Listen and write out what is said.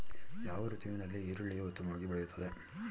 ಯಾವ ಋತುವಿನಲ್ಲಿ ಈರುಳ್ಳಿಯು ಉತ್ತಮವಾಗಿ ಬೆಳೆಯುತ್ತದೆ?